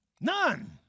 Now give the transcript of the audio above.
None